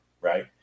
right